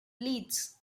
leeds